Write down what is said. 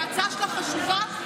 כי ההצעה שלך חשובה.